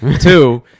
Two